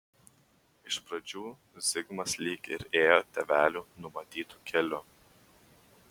iš pradžių zigmas lyg ir ėjo tėvelių numatytu keliu